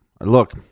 Look